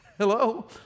Hello